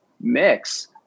mix